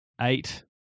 eight